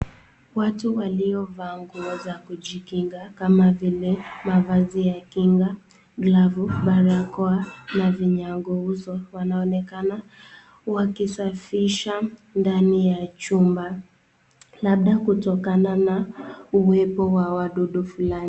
Watu waliovaa nguo za kujikinga kama vile mavazi ya kinga glavu, barakoa na vinyagouso wanaonekana wakisafisha ndani ya chumba labda kutokana na uwepo wa wadudu fulani.